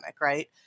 right